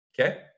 okay